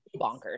bonkers